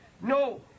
no